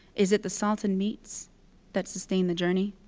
is it the salted meats that sustain the journey?